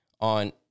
on